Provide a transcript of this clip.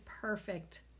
perfect